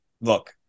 look